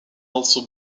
also